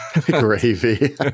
gravy